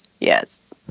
Yes